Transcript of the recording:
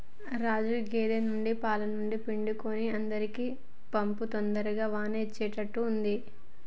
రాజు గేదె నుండి పాలను పిండి అందరికీ పంపు తొందరగా వాన అచ్చేట్టుగా ఉంది